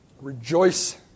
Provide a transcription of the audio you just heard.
Rejoice